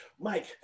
Mike